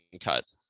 cut